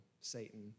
Satan